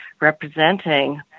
representing